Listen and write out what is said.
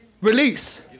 Release